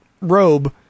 robe